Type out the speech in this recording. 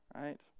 right